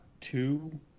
two